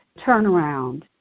turnaround